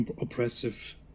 oppressive